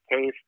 case